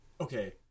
Okay